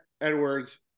Edwards